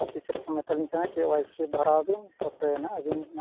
office ᱨᱮᱠᱚ ᱢᱮᱛᱟᱞᱤᱧ ᱠᱟᱱᱟ ᱠᱮᱹ ᱳᱣᱟᱭᱥᱤ ᱵᱷᱚᱨᱟᱣᱵᱤᱱ ᱛᱟᱯᱚᱨᱮᱭᱟᱱᱟᱜ ᱟᱹᱵᱤᱱᱟᱜ